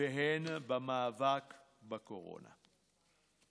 והן במאבק בקורונה.